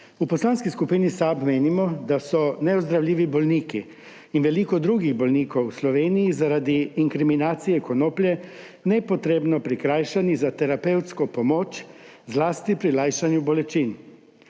V Poslanski skupini SAB menimo, da so neozdravljivi bolniki in veliko drugih bolnikov v Sloveniji zaradi inkriminacije konoplje nepotrebno prikrajšani za terapevtsko pomoč zlasti pri lajšanju bolečin.